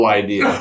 idea